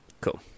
cool